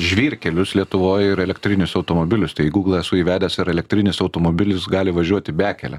žvyrkelius lietuvoj ir elektrinius automobilius tai į gūglą esu įvedęs ar elektrinis automobilis gali važiuoti bekele